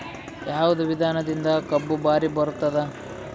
ಯಾವದ ವಿಧಾನದಿಂದ ಕಬ್ಬು ಭಾರಿ ಬರತ್ತಾದ?